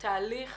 תהליך